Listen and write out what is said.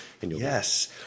Yes